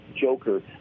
Joker